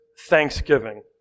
thanksgiving